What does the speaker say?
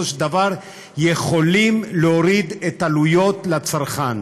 של דבר יכולים להוריד את העלויות לצרכן.